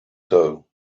doe